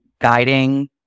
guiding